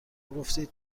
گفتید